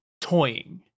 toying